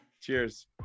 Cheers